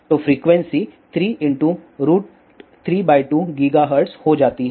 तोफ़्रीक्वेंसी 332 gigahertz हो जाती है